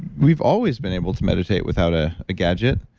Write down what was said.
we've always been able to meditate without a gadget,